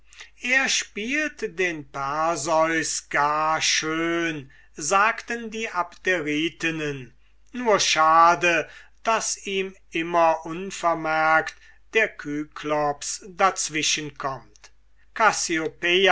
er spielt den perseus gar schön sagten die abderitinnen nur schade daß ihm zuweilen unvermerkt der